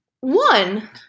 one